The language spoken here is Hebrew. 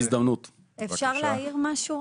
אפשר להעיר משהו?